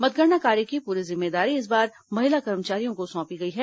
मतगणना कार्य की पूरी जिम्मेदारी इस बार महिला कर्मचारियों को सौंपी गई है